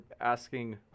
asking